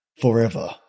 Forever